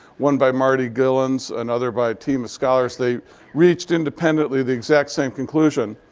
one by marty gilens, another by a team of scholars. they reached independently the exact same conclusion,